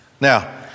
Now